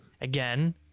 again